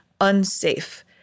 unsafe